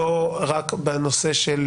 לא רק בנושא של